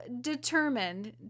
determined